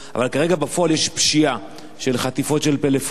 אבל כרגע בפועל יש פשיעה של חטיפות של פלאפונים,